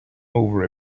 over